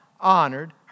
honored